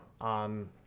on